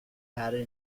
patent